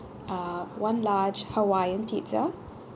uh one large hawaiian pizza